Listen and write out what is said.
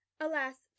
Alas